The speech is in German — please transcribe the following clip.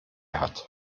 hat